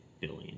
billion